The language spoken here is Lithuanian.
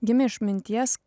gimė iš minties